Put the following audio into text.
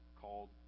called